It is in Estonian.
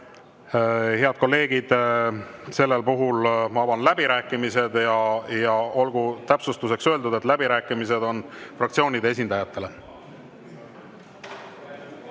Head kolleegid, avan läbirääkimised. Ja olgu täpsustuseks öeldud, et läbirääkimised on fraktsioonide esindajatele.